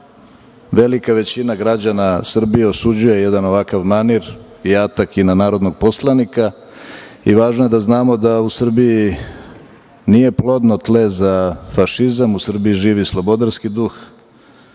velika većina građana Srbije osuđuje jedan ovakav manir i atak na narodnog poslanika. Važno je da znamo da u Srbiji nije plodno tle za fašizam. U Srbiji živi slobodarski duh,